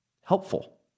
helpful